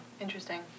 Interesting